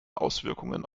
auswirkungen